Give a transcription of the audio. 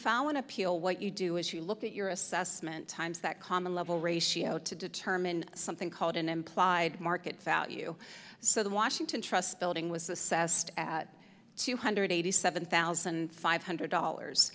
follow an appeal what you do is you look at your assessment times that common level ratio to determine something called an implied market value so the washington trust building was assessed at two hundred eighty seven thousand five hundred dollars